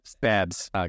babs